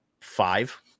five